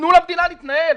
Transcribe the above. תנו למדינה להתנהל,